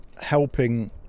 helping